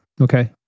Okay